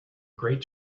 great